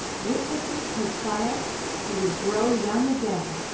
witnessing her triumphs he would grow young again,